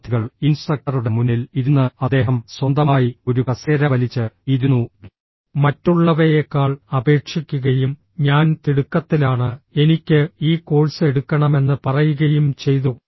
വിദ്യാർത്ഥികൾ ഇൻസ്ട്രക്ടറുടെ മുന്നിൽ ഇരുന്ന് അദ്ദേഹം സ്വന്തമായി ഒരു കസേര വലിച്ച് ഇരുന്നു മറ്റുള്ളവയേക്കാൾ അപേക്ഷിക്കുകയും ഞാൻ തിടുക്കത്തിലാണ് എനിക്ക് ഈ കോഴ്സ് എടുക്കണമെന്ന് പറയുകയും ചെയ്തു